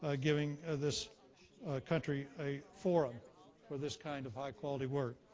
ah giving ah this country a forum for this kind of high quality work.